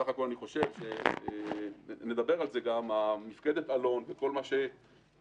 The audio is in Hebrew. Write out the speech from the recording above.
ואני חושב שמפקדת אלון וכל מה שמשרד